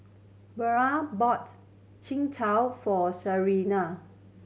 Beula bought for Shianne